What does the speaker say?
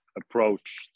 approach